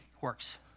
works